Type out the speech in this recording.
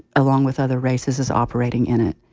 along with other races, is operating in it.